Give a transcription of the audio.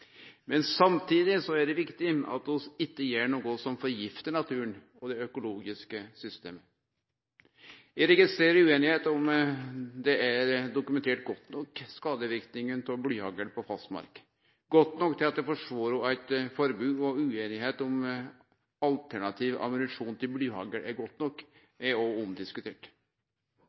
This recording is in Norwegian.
er det viktig at vi ikkje gjer noko som forgifter naturen og det økologiske systemet. Eg registrerer at det er usemje om skadeverknadene ved bruk av blyhagl på fastmark er godt nok dokumentert, godt nok til at det forsvarer eit forbod. Det er òg usemje om alternativ ammunisjon til blyhagl er godt nok